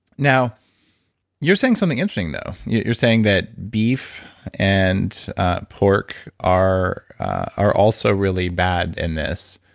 now you're saying something interesting though. yeah you're saying that beef and pork are are also really bad in this,